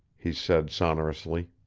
he said sonorously.